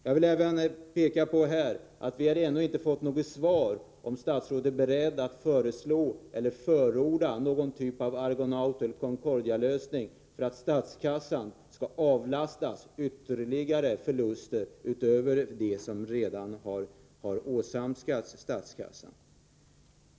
Jag vill också understryka att vi ännu inte har fått något svar om statsrådet är beredd att föreslå eller förorda någon typ av Argonaut-Concordia-lösning för att statskassan skall besparas ytterligare förluster.